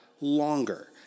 longer